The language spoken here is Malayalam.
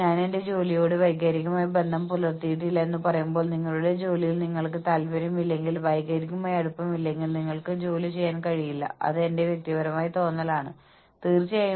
ഓരോ ജോലിയും സ്ഥാപനത്തിന് എത്രത്തോളം പ്രധാനമാണ് എന്നതിന്റെ യുക്തിസഹമായ ക്രമവും വ്യവസ്ഥാപിതവുമായ വിധി തെളിയിക്കാൻ ഉദ്ദേശിച്ചുള്ള ഒരു പ്രക്രിയയാണ് ജോലി വിലയിരുത്തൽ